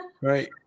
Right